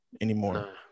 anymore